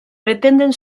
pretenden